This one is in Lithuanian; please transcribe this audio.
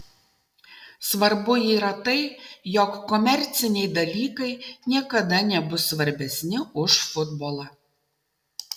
svarbu yra tai jog komerciniai dalykai niekada nebus svarbesni už futbolą